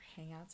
hangouts